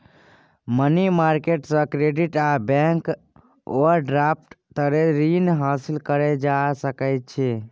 money market से credit आ bank overdraft तरे रीन हासिल करल जा सकइ छइ